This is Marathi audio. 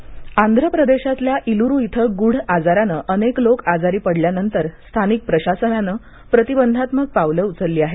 आंध्र प्रदेश आजार आंध्र प्रदेशातल्या इलुरू इथं गुढ आजारानं अनेक लोक आजारी पडल्यानंतर स्थानिक प्रशासनानं प्रतिबंधात्मक पावलं उचलली आहेत